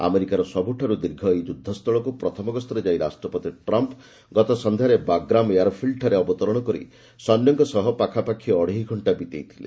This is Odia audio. ଆମେରିକାର ସବ୍ରଠାରୁ ଦୀର୍ଘ ଏହି ଯୁଦ୍ଧସ୍ଥଳକ୍ର ପ୍ରଥମ ଗସ୍ତରେ ଯାଇ ରାଷ୍ଟ୍ରପତି ଟ୍ରମ୍ପ୍ ଗତସନ୍ଧ୍ୟାରେ ବାଗ୍ରାମ୍ ଏୟାର ଫିଲ୍ଡ୍ଠାରେ ଅବତରଣ କରି ସୈନ୍ୟଙ୍କ ସହ ପାଖାପାଖି ଅଢ଼େଇ ଘଣ୍ଟା ବିତେଇଥିଲେ